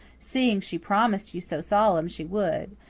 seeing she promised you so solemn she would.